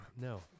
No